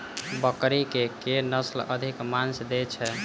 बकरी केँ के नस्ल अधिक मांस दैय छैय?